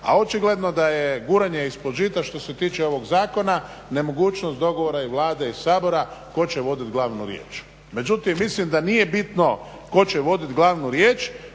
a očigledno da je guranje ispod žita što se tiče ovog zakona nemogućnost dogovora i Vlade i Sabora tko će vodit glavnu riječ. Međutim, mislim da nije bitno tko će vodit glavnu riječ